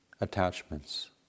attachments